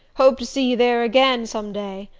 hope to see you there again some day.